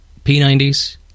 P90s